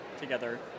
together